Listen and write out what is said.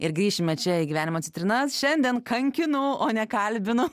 ir grįšime čia į gyvenimo citrinas šiandien kankinu o ne kalbinu